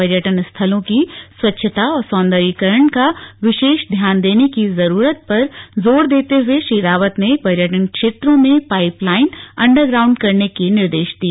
पर्यटन स्थलों की स्वच्छता और सौन्दर्यीकरण का विशेष ध्यान देने की जरूरत पर जोर देते हुए श्री रावत ने पर्यटन क्षेत्रों में पाईपलाइन अंडरग्राउण्ड करने के निर्देश दिए